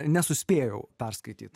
nesuspėjau perskaityt